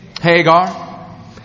Hagar